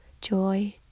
joy